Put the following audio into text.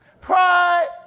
pride